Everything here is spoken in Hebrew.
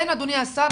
כן אדוני השר,